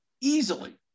Easily